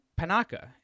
Panaka